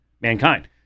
mankind